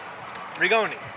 Rigoni